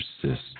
persist